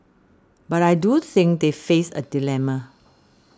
but I do think they face a dilemma